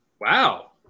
Wow